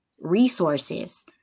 resources